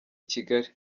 kigali